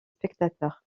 spectateurs